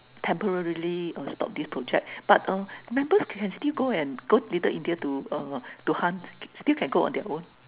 temporarily uh stopped this project but a members can still go and go Little India to uh hunt still can go on their own